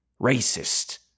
racist